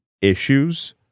issues